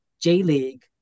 J-League